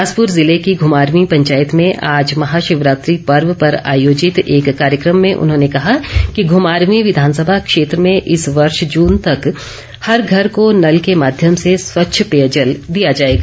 बिलासपुर जिले की घुमारवीं पंचायत में आज महाशिवरात्रि पर्व पर आयोजित एक कार्यक्रम में उन्होंने कहा कि घुमारवीं विधानसभा क्षेत्र में इस वर्ष जून तक हर घर को नल के माध्यम से स्वच्छ पेयजल दिया जाएगा